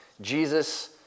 Jesus